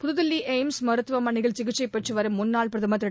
புதுதில்லிஎய்ம்ஸ் மருத்துவமனையில் சிகிச்சைபெற்றுவரும் முன்னாள் பிரதமர் திரு